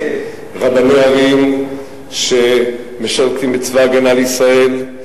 רבני ערים שמשרתים בצבא-הגנה לישראל,